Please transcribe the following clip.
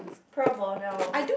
pro bono